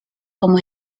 como